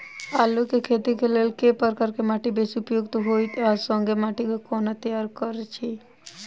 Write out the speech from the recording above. आलु केँ खेती केँ लेल केँ प्रकार केँ माटि बेसी उपयुक्त होइत आ संगे माटि केँ कोना तैयार करऽ छी?